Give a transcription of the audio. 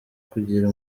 kugira